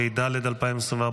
התשפ"ד 2024,